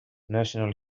national